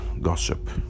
gossip